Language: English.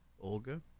Olga